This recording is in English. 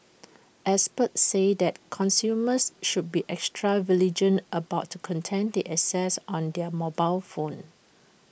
experts say that consumers should be extra vigilant about content they access on their mobile phone